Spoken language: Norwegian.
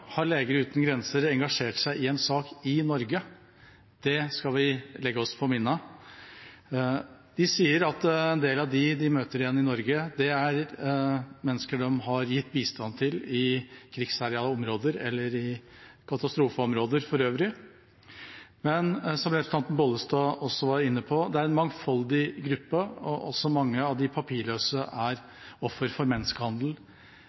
har Leger Uten Grenser engasjert seg i en sak i Norge. Det skal vi legge oss på minne. De sier at en del av dem de møter igjen i Norge, er mennesker de har gitt bistand til i krigsherjede områder eller i katastrofeområder for øvrig. Men – som representanten Bollestad også var inne på – det er en mangfoldig gruppe. Også mange av de papirløse er offer for menneskehandel.